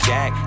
Jack